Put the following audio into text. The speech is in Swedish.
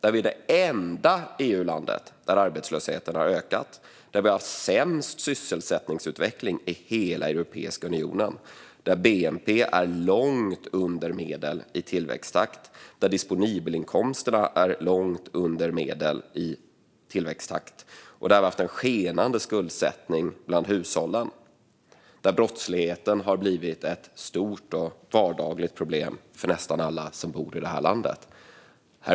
Vi är det enda EU-landet där arbetslösheten har ökat. Vi har sämst sysselsättningsutveckling i hela Europeiska unionen. Både bnp och disponibelinkomsterna är långt under medel i tillväxttakt. Vi har haft en skenande skuldsättning bland hushållen. Brottsligheten har blivit ett stort och vardagligt problem för nästan alla som bor i det här landet.